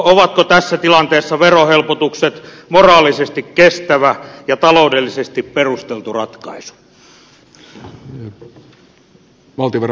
ovatko tässä tilanteessa verohelpotukset moraalisesti kestävä ja taloudellisesti perusteltu ratkaisu